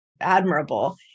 admirable